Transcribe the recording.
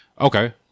Okay